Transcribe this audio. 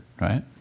Right